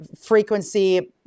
frequency